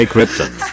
Krypton